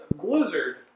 blizzard